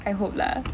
I hope lah